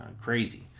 crazy